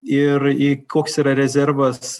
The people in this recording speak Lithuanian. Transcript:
ir į koks yra rezervas